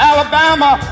Alabama